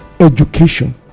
education